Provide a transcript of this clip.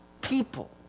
people